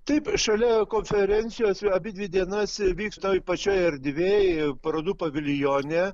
taip šalia konferencijos abidvi dienas vyks toj pačioj erdvėj parodų paviljone